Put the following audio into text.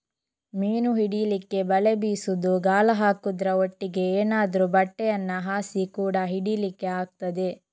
ಮೀನು ಹಿಡೀಲಿಕ್ಕೆ ಬಲೆ ಬೀಸುದು, ಗಾಳ ಹಾಕುದ್ರ ಒಟ್ಟಿಗೆ ಏನಾದ್ರೂ ಬಟ್ಟೆಯನ್ನ ಹಾಸಿ ಕೂಡಾ ಹಿಡೀಲಿಕ್ಕೆ ಆಗ್ತದೆ